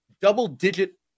double-digit